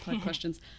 questions